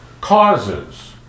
causes